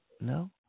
No